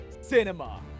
cinema